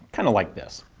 kind of like this.